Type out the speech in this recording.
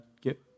get